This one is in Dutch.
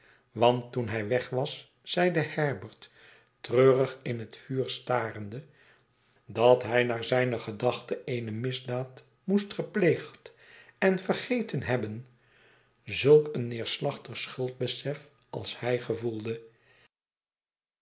want toen hij weg was zeide herbert treurig in het vuur starende dat hij naar zijne gedachte eene misdaad moest gepleegd en vergeten hebben zulk een neerslachtig schuldbesef als hij gevoelde